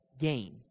gain